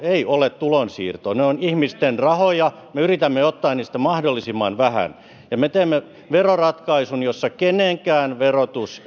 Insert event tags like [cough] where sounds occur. ei ole tulonsiirtoa vaan ne ovat ihmisten rahoja ja me yritämme ottaa niistä mahdollisimman vähän me teemme veroratkaisun jossa kenenkään verotus [unintelligible]